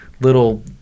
little